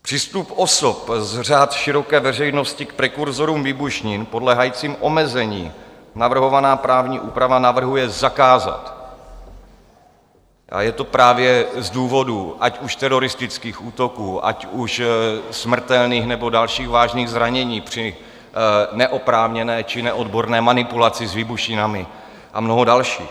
Přístup osob z řad široké veřejnosti k prekurzorům výbušnin podléhajícím omezení navrhovaná právní úprava navrhuje zakázat a je to právě z důvodů ať už teroristických útoků, ať už smrtelných, nebo dalších vážných zranění při neoprávněné či neodborné manipulaci s výbušninami, a mnoho dalších.